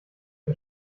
der